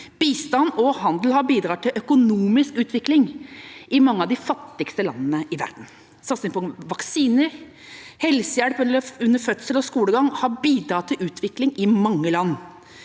Bistand og handel har bidratt til økonomisk utvikling i mange av de fattigste landene i verden. Satsing på vaksiner, helsehjelp under fødsel og skolegang har bidratt til utvikling i mange land.